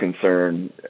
concern